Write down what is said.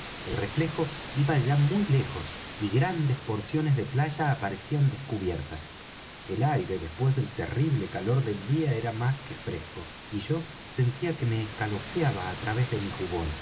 el reflejo iba ya muy lejos y grandes porciones de playa aparecían descubiertas el aire después del terrible calor del día era más que fresco y yo sentía que me escalofriaba á través de mi jubón